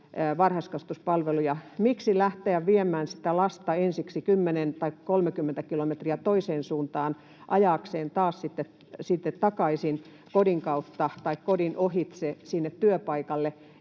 varhaiskasvatuspalveluja. Miksi lähteä viemään sitä lasta ensiksi 10 tai 30 kilometriä toiseen suuntaan, ajaakseen taas sitten takaisin kodin kautta tai kodin ohitse sinne työpaikalle,